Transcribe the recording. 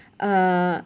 uh